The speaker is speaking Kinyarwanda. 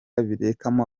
birekamo